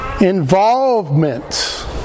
involvement